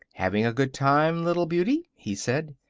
having a good time, little beauty? he said.